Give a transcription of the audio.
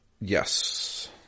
Yes